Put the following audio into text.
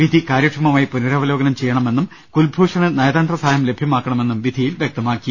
വിധി കാര്യക്ഷമമായി പുന രവലോകനം ചെയ്യണമെന്നും കുൽഭൂഷണ് നയതന്ത്ര സഹായം ലഭ്യ മാക്കണമെന്നും വിധിയിൽ വൃക്തമാക്കി